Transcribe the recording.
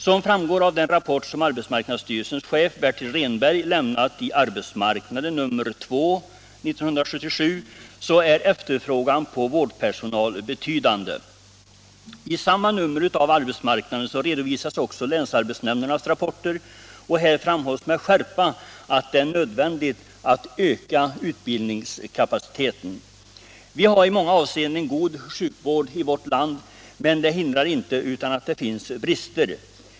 Som framgår av den rapport som arbetsmarknadsstyrelsens chef Bertil Rehnberg lämnat i Arbetsmarknaden, nr 2 år 1977, är efterfrågan på vårdpersonal betydande. I samma nummer av Arbetsmarknaden redovisas också länsarbetsnämndernas rapporter och här framhålls med skärpa att det är nödvändigt att öka utbildningskapaciteten. Vi har i många avseenden en god sjukvård i vårt land, men det hindrar inte att det finns brister.